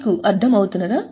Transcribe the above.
మీకు అర్థం అవుతుందా